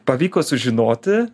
pavyko sužinoti